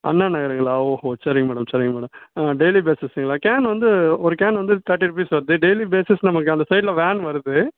அண்ணா நகருங்களா ஓஹோ சரிங்க மேடம் சரிங்க மேடம் ஆ டெய்லி பேஸிஸுங்களா கேன் வந்து ஒரு கேன் வந்து தேர்ட்டி ருப்பீஸ் வருது டெய்லி பேஸிஸ் நமக்கு அந்த சைட்டில் வேன் வருது